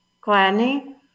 Gladney